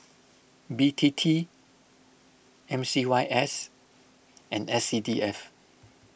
B T T M C Y S and S C D F